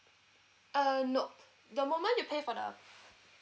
uh nope the moment you pay for the